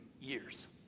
years